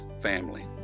family